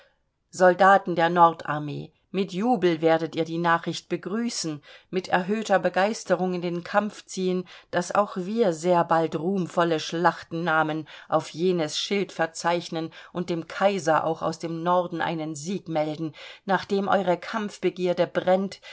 soldaten der nord armee mit jubel werdet ihr die nachricht begrüßen mit erhöhter begeisterung in den kampf ziehen daß auch wir sehr bald ruhmvolle schlachtennamen auf jenes schild verzeichnen und dem kaiser auch aus dem norden einen sieg melden nachdem eure kampfbegierde brennt